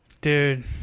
Dude